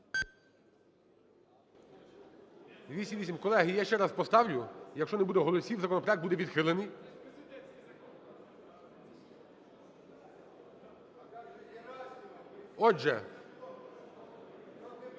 Колеги, я ще раз поставлю. Якщо не буде голосів, законопроект буде відхилений. Отже,